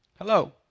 Hello